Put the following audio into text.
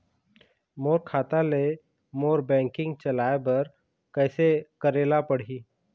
मोर खाता ले मोर बैंकिंग चलाए बर कइसे करेला पढ़ही?